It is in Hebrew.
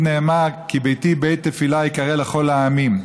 נאמר: "כי ביתי בית תפלה יקרא לכל העמים".